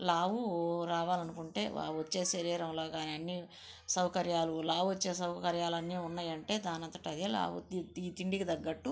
లావు రావాలనుకుంటే వచ్చే శరీరంలాగా అన్ని సౌకర్యాలు లావు వచ్చే సౌకర్యాలు అన్నీ ఉన్నాయంటే దానంతట అదే లావు అవుతుంది ఈ తిండికి తగ్గట్టు